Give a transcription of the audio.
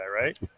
right